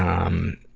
um,